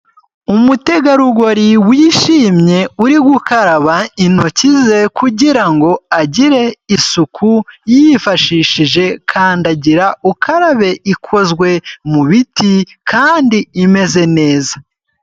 Umutegarugori wishimye uri gukaraba intoki ze kugira ngo agire isuku yifashishije kandagira ukarabe ikozwe mu biti kandi imeze neza.